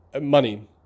money